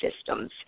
systems